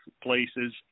places